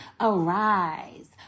arise